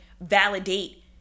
validate